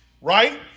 right